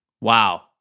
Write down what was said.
Wow